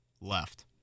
left